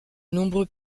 nombreux